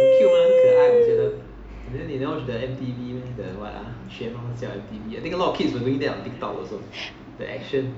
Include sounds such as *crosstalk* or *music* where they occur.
*noise*